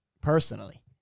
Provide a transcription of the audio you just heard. personally